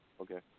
Okay